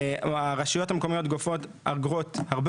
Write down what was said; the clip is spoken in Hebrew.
או הרשויות המקומיות גובות אגרות הרבה